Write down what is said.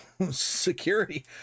security